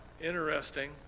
interesting